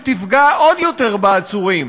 שתפגע עוד יותר בעצורים,